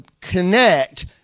connect